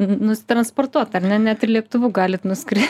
nusitransportuoti ar ne net ir lėktuvu galite nuskrist